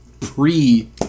pre